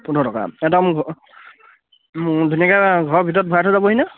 পোন্ধৰ টকা একদম মোৰ ধুনীয়াকৈ ঘৰৰ ভিতৰত ভৰাই থৈ যাবহিনে